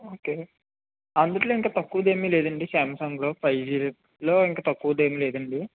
okay అందులో ఇంకా తక్కువది ఏమి లేదా అండి సామ్సంగ్లో ఫైవ్ జీలో ఇంకా తక్కువది లేదా అండి